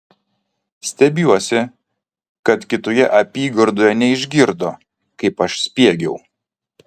stebiuosi kad kitoje apygardoje neišgirdo kaip aš spiegiau